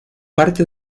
parte